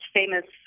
famous